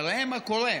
אבל ראה מה קורה: